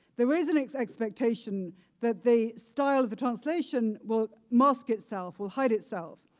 there is an expectation that the style of the translation will mask itself, will hide itself.